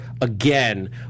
again